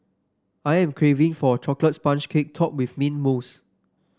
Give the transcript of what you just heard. I am craving for a chocolate sponge cake topped with mint mousse